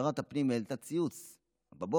שרת הפנים העלתה ציוץ בבוקר,